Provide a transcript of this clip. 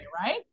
right